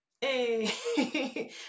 Hey